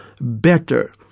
better